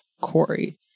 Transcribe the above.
Corey